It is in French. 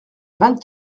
vingt